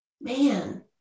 man